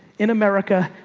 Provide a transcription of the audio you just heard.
in america,